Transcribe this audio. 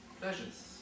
pleasures